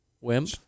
wimp